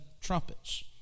trumpets